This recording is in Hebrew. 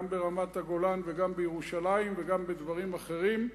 גם ברמת-הגולן וגם בירושלים וגם בדברים אחרים.